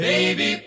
Baby